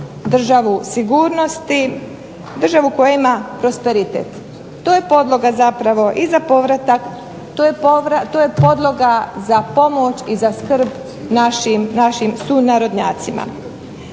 državu sigurnosti, državu koja ima prosperitet. To je podloga za povratak, to je podloga za pomoć i za skrb našim sunarodnjacima.